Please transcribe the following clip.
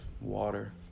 water